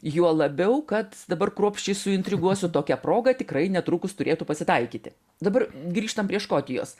juo labiau kad dabar kruopščiai suintriguosiu tokia proga tikrai netrukus turėtų pasitaikyti dabar grįžtam prie škotijos